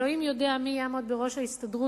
ואלוהים יודע מי יעמוד בראש ההסתדרות,